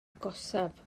agosaf